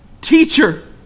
Teacher